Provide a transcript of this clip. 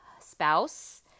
spouse